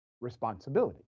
responsibility